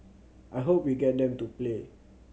I hope we get them to play